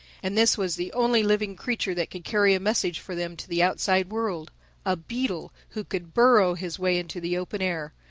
and this was the only living creature that could carry a message for them to the outside world a beetle, who could burrow his way into the open air.